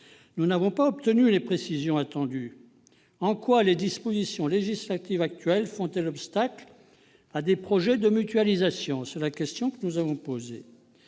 Nous n'avons pas obtenu les précisions attendues. En quoi les dispositions législatives actuelles font-elles obstacle à des projets de mutualisation ? Quels sont les projets